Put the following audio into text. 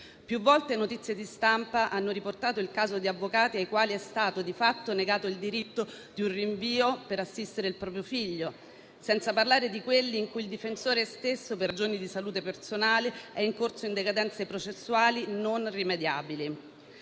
Più volte notizie di stampa hanno riportato il caso di avvocati ai quali è stato di fatto negato il diritto di un rinvio per assistere il proprio figlio, senza parlare di quelli in cui il difensore stesso, per ragioni di salute personali, è incorso in decadenze processuali non rimediabili.